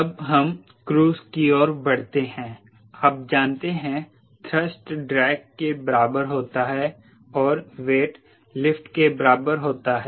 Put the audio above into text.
अब हम क्रूज़ की ओर बड़ते हैं आप जानते हैं थ्रस्ट ड्रैग के बराबर होता है और वेट लिफ्ट के बराबर होता है